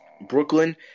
Brooklyn